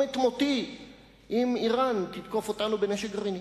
את מותי אם אירן תתקוף אותנו בנשק גרעיני.